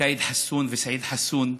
קעיד חסון וסעיד חסון,